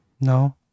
No